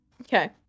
Okay